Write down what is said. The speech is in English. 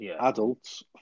Adults